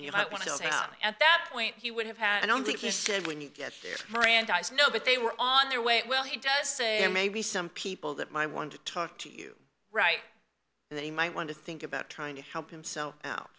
and you might want to look out at that point he would have had i don't think he said when you get there brandeis no but they were on their way well he does say maybe some people that might want to talk to you right and they might want to think about trying to help him